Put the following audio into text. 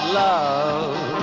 love